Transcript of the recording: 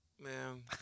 Man